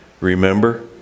remember